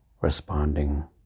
responding